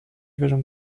wierzą